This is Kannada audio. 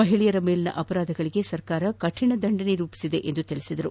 ಮಹಿಳೆಯರ ಮೇಲಿನ ಅಪರಾಧಗಳಿಗೆ ಸರ್ಕಾರ ಕಠಿಣ ದಂಡನೆ ರೂಪಿಸಿದೆ ಎಂದರು